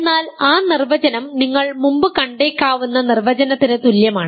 എന്നാൽ ആ നിർവചനം നിങ്ങൾ മുമ്പ് കണ്ടേക്കാവുന്ന നിർവചനത്തിന് തുല്യമാണ്